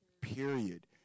Period